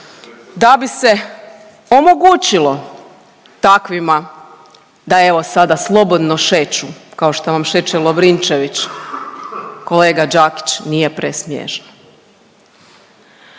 da bi se omogućilo takvima da evo sada slobodno šeću kao što vam šeće Lovrinčević. Kolega Đakić nije presmiješno.